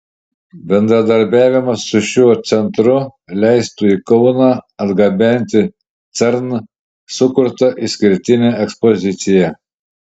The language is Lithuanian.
bendradarbiavimas su šiuo centru leistų į kauną atgabenti cern sukurtą išskirtinę ekspoziciją